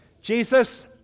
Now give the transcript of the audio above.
Jesus